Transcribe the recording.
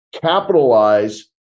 capitalize